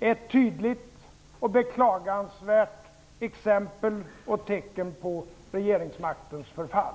är ett tydligt och beklagansvärt exempel och tecken på regeringsmaktens förfall.